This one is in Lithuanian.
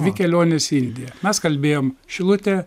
dvi kelionės į indiją mes kalbėjom šilutė